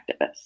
activists